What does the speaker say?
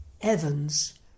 Evans